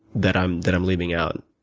that i'm that i'm leaving out?